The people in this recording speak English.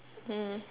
mm